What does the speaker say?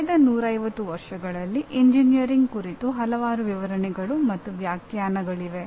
ಕಳೆದ 150 ವರ್ಷಗಳಲ್ಲಿ ಎಂಜಿನಿಯರಿಂಗ್ ಕುರಿತು ಹಲವಾರು ವಿವರಣೆಗಳು ಮತ್ತು ವ್ಯಾಖ್ಯಾನಗಳಿವೆ